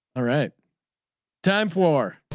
all right time for